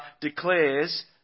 declares